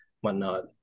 whatnot